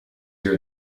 here